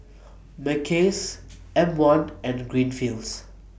Mackays M one and Greenfields